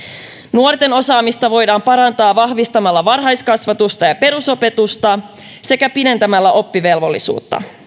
nuorten osaamista voidaan parantaa vahvistamalla varhaiskasvatusta ja perusopetusta sekä pidentämällä oppivelvollisuutta